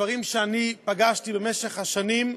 בדברים שאני פגשתי במשך השנים,